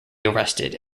arrested